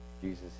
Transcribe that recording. Jesus